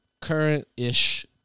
current-ish